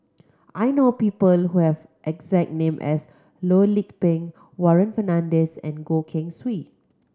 I know people who have exact name as Loh Lik Peng Warren Fernandez and Goh Keng Swee